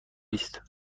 است